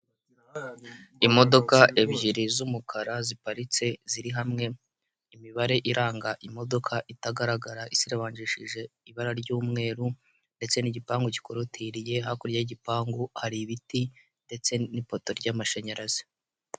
Imodoka ebyiri z'umukara ziparitse ziri hamwe, imibare iranga imodoka itagaragara isiribangishije ibara ry'umweru ndetse n'igipangu gikorotiriye, hakurya y'igipangu hari ibiti ndetse n'ipoto ry'amashanyarazi.